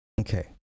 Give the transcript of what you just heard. Okay